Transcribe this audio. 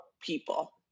people